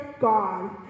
God